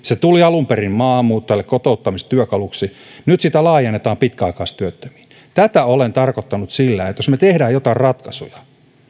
tuli alun perin maahanmuuttajille kotouttamistyökaluksi nyt sitä laajennetaan pitkäaikaistyöttömiin tätä olen tarkoittanut sillä että jos me teemme joitain ratkaisuja niin